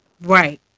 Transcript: Right